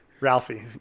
Ralphie